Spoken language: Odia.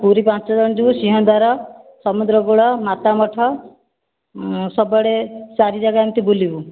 ପୁରୀ ପାଞ୍ଚ ଜଣ ଯିବୁ ସିଂହଦ୍ୱାର ସମୁଦ୍ରକୂଳ ମାତାମଠ ସବୁଆଡ଼େ ଚାରି ଜାଗା ଏମିତି ବୁଲିବୁ